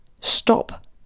Stop